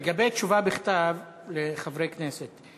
לגבי תשובה בכתב לחברי כנסת,